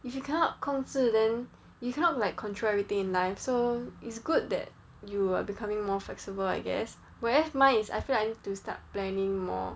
if you cannot 控制 then you cannot like control everything in life so it's good that you are becoming more flexible I guess whereas mine is I feel like I need to start planning more